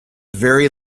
very